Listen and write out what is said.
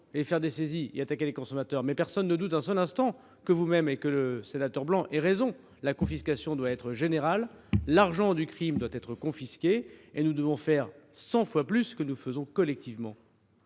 faire des saisies et attaquer les consommateurs, mais personne ne doute un seul instant que le sénateur Blanc et vous même ayez raison : la confiscation doit être générale, l’argent du crime doit être confisqué et nous devons faire cent fois plus que ce que nous faisons collectivement.